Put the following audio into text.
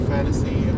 Fantasy